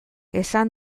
esan